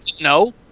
No